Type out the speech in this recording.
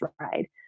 ride